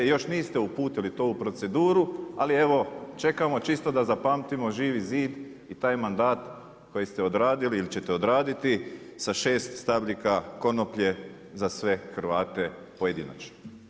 Još niste uputili to u proceduru, ali evo čekamo čisto da zapamtimo Živi zid i taj mandat koji ste odradili ili ćete odraditi sa 6 stabljika konoplje za sve Hrvate pojedinačno.